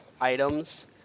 items